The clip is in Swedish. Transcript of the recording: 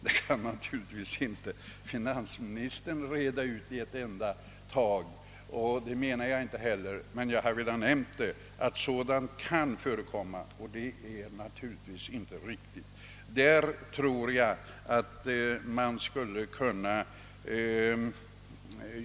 Detta kan finansministern naturligtvis inte reda ut i ett enda tag och det menar jag inte heller, men jag ville nämna att sådant kan förekomma och att det naturligtvis inte är riktigt.